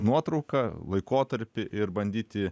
nuotrauką laikotarpį ir bandyti